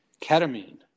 ketamine